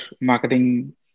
marketing